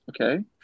Okay